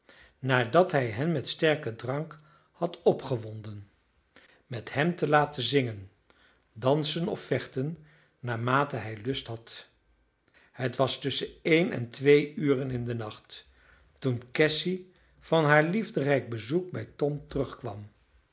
nadat hij hen met sterken drank had opgewonden met hen te laten zingen dansen of vechten naarmate hij lust had het was tusschen één en twee uren in den nacht toen cassy van haar liefderijk bezoek bij tom terugkwam